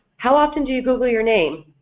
how often do you google your name?